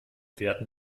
werden